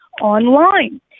online